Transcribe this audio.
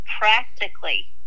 practically